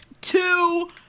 two